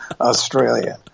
Australia